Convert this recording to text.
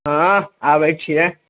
हँ आबै छिए